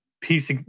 piece